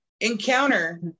encounter